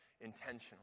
intentionally